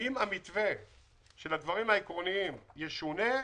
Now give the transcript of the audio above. אם המתווה של הדברים העקרוניים ישונה,